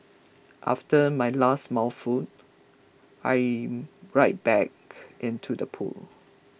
after my last mouthful I am right back into the pool